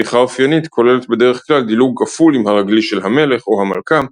פתיחה אופיינית כוללת בדרך כלל דילוג כפול עם הרגלי של המלך או המלכה,